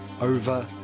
over